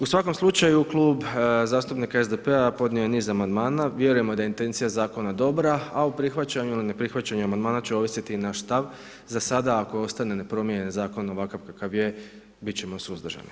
U svakom slučaju Klub zastupnika SDP-a podnio je niz amandmana vjerujemo da je intencija zakona dobra, a u prihvaćanju ili neprihvaćanju amandmana će ovisiti i naš stav, za sada ako ostane nepromijenjen zakon ovakav kakav je bit ćemo suzdržani.